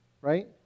right